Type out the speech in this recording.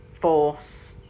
Force